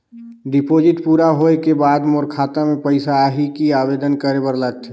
Deposit पूरा होय के बाद मोर खाता मे पइसा आही कि आवेदन करे बर लगथे?